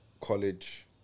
college